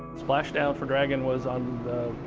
splashdown for dragon was on, ah,